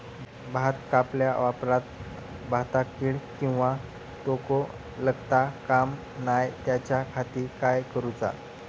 भात कापल्या ऑप्रात भाताक कीड किंवा तोको लगता काम नाय त्याच्या खाती काय करुचा?